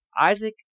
Isaac